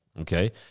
Okay